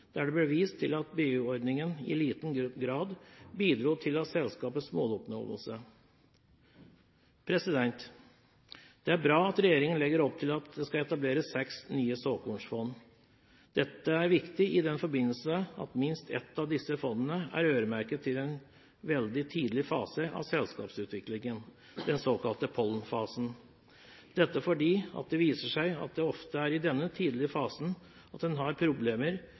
der det ble vist til at BU-ordningen i liten grad bidro til selskapets måloppnåelse. Det er bra at regjeringen legger opp til at det skal etableres seks nye såkornfond. Dette er viktig i den forstand at minst ett av disse fondene er øremerket en veldig tidlig fase av selskapsutviklingen – den såkalte pollenfasen – og det viser seg at det ofte er i denne tidlige fasen en har problemer